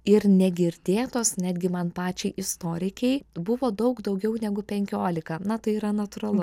ir negirdėtos netgi man pačiai istorikei buvo daug daugiau negu penkiolika na tai yra natūralu